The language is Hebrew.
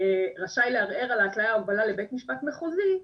רשאי לערער על ההתליה או ההגבלה לבית משפט מחוזי,